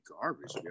garbage